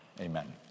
Amen